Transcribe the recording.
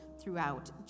throughout